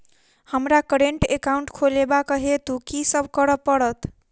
हमरा current account खोलेवाक हेतु की सब करऽ पड़त?